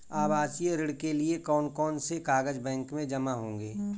आवासीय ऋण के लिए कौन कौन से कागज बैंक में जमा होंगे?